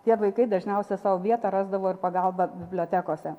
tie vaikai dažniausia sau vietą rasdavo ir pagalbą bibliotekose